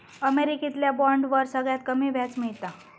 अमेरिकेतल्या बॉन्डवर सगळ्यात कमी व्याज मिळता